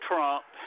Trump